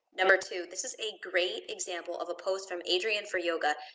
number two, this is a great example of a post from adriene for yoga.